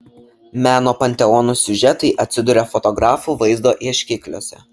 meno panteonų siužetai atsiduria fotografų vaizdo ieškikliuose